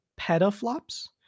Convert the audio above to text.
petaflops